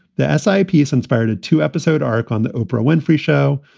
the essay piece inspired a two episode arc on the oprah winfrey show,